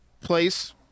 place